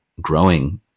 growing